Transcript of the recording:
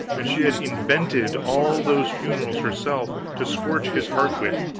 and she had invented all those funerals herself, to scorch his heart with